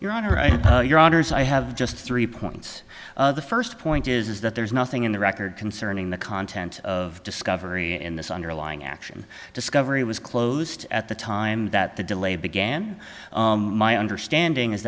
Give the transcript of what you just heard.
your honors i have just three points the first point is that there is nothing in the record concerning the content of discovery in this underlying action discovery was closed at the time that the delay began my understanding is